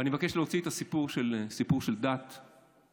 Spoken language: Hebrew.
ואני מבקש להוציא את הסיפור של דת מסדר-היום.